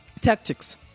tactics